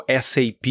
SAP